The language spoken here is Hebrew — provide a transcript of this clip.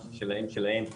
מה ששלהם שלהם.